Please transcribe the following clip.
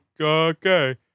Okay